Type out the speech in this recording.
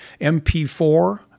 MP4